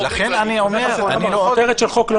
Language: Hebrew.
לכן אני אומר -- נכון אבל כותרת של חוק לא